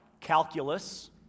Calculus